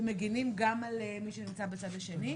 שמגנים גם על מי שנמצא בצד השני.